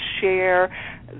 share